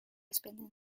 spending